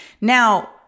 now